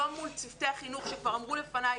לא מול צוותי החינוך שכבר אמרו לפניי,